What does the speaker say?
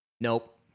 nope